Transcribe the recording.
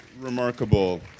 Remarkable